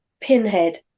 Pinhead